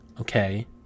Okay